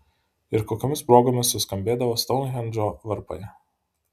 ir kokiomis progomis suskambėdavo stounhendžo varpai